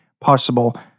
possible